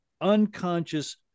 unconscious